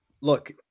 look